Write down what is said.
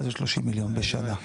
מיליון בשנה?